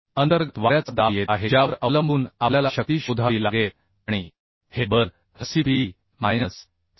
अंतर्गत वाऱ्याचा दाब येत आहे ज्यावर अवलंबून आपल्याला शक्ती शोधावी लागेल आणिहे बल Cpe minus Cpi